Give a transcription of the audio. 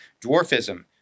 Dwarfism